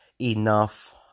enough